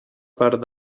part